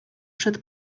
przed